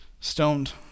stoned